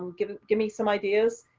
give give me some ideas.